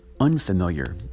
unfamiliar